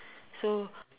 so